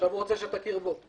עכשיו הוא רוצה שתכיר בו.